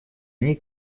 они